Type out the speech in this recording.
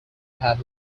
have